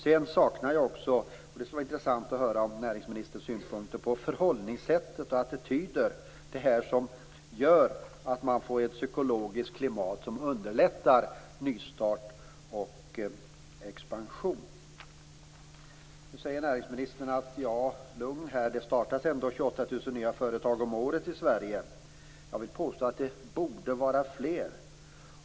Sedan saknar jag också förhållningssätt och attityder som gör att man får ett psykologiskt klimat som underlättar nystart och expansion. Det skulle vara intressant att höra näringsministerns synpunkter på detta. Nu säger näringsministern: Lugn här, det startas ändå 28 000 nya företag om året i Sverige. Jag vill påstå att det borde vara fler.